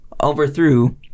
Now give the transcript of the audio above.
overthrew